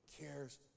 cares